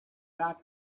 wept